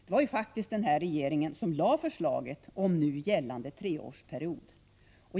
Det var faktiskt den här regeringen som lade fram förslaget om nu gällande treårsprogram.